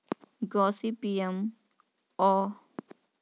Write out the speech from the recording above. Gossypium arboreum वृक्ष कपास, भारत और पाकिस्तान में पाया जाता है